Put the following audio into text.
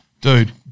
Dude